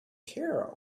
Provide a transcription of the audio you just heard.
care